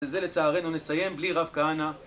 וזה לצערנו נסיים בלי רב כהנא